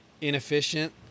inefficient